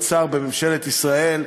להיות שר בממשלת ישראל.